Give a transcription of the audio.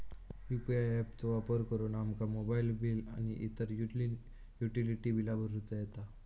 UPI app चो वापर करुन आमका मोबाईल बिल आणि इतर युटिलिटी बिला भरुचा येता